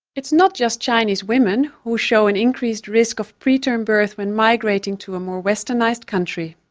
it's not just chinese women who show an increased risk of preterm birth when migrating to a more westernised country.